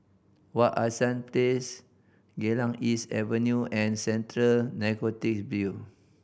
Wak Hassan Place Geylang East Avenue and Central Narcotic Bureau